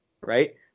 Right